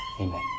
Amen